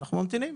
ממתינים.